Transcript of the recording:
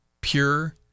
pure